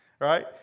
right